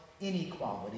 inequality